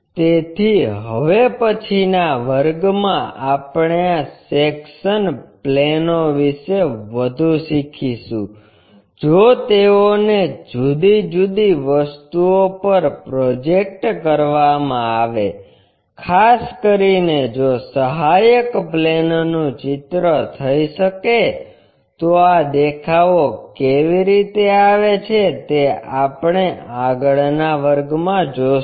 તેથી હવે પછીના વર્ગમાં આપણે આ સેક્શન પ્લેનો વિશે વધુ શીખીશું જો તેઓને જુદી જુદી વસ્તુઓ પર પ્રોજેક્ટ કરવામાં આવે ખાસ કરીને જો સહાયક પ્લેનોનું ચિત્ર થઈ શકે તો આ દેખાવો કેવી રીતે આવે છે તે આપણે આગળના વર્ગમાં જોશું